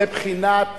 מבחינת